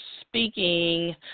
speaking